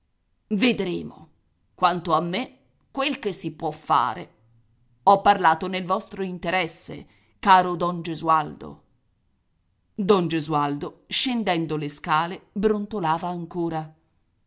vedremo quanto a me quel che si può fare ho parlato nel vostro interesse caro don gesualdo don gesualdo scendendo le scale brontolava ancora